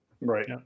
Right